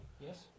Yes